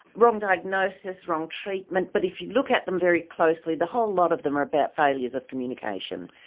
wrong diagnosis, wrong treatment, but if you look at them very closely, the whole lot of them are about failures of communication.